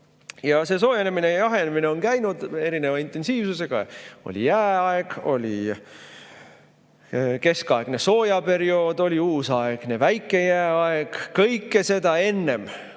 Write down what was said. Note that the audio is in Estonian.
Soojenemine ja jahenemine on käinud erineva intensiivsusega. Oli jääaeg, oli keskaegne soojaperiood, oli uusaegne väike jääaeg. Kõik see oli enne,